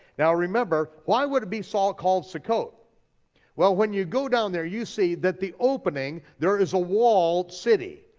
now, remember, why would it be so called succoth? well, when you go down there, you see that the opening, there is a walled city,